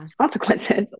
consequences